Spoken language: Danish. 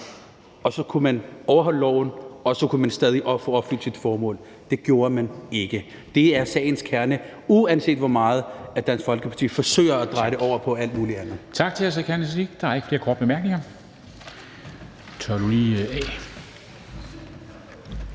og så kunne man overholde loven, og så kunne man stadig få opfyldt sit formål, men det gjorde man ikke. Det er sagens kerne, uanset hvor meget Dansk Folkeparti forsøger at dreje det over på alt muligt andet.